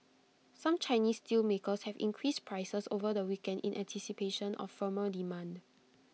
some Chinese steelmakers have increased prices over the weekend in anticipation of firmer demand